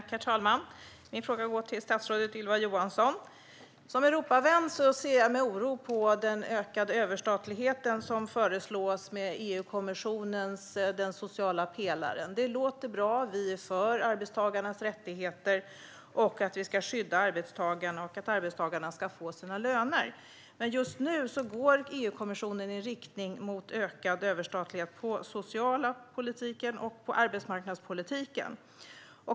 Herr talman! Min fråga går till statsrådet Ylva Johansson. Som Europavän ser jag med oro på den ökade överstatlighet som föreslås med EU-kommissionens sociala pelare. Det låter bra med den - vi är för arbetstagarnas rättigheter, att vi ska skydda arbetstagarna och att de ska få sina löner - men just nu går EU-kommissionen i en riktning mot ökad överstatlighet i den sociala politiken och i arbetsmarknadspolitiken.